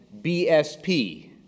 BSP